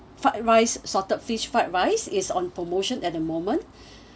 fried rice salted fish fried rice is on promotion at the moment